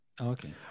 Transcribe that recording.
Okay